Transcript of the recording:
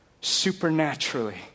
supernaturally